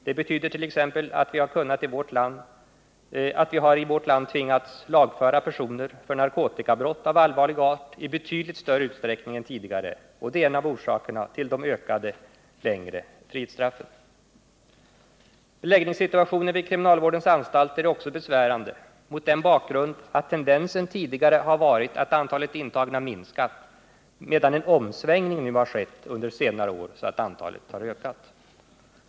Det betyder t.ex. att vi i vårt land har tvingats lagföra personer för narkotikabrott av allvarlig art i betydligt större utsträckning än tidigare, och det är en av orsakerna till det ökade antalet längre frihetsstraff. Beläggningssituationen vid kriminalvårdens anstalter är också besvärande mot den bakgrund att tendensen tidigare har varit att antalet intagna minskat, medan en omsvängning nu har skett under senare år så att antalet har ökat.